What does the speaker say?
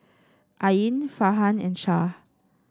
Ain Farhan and Shah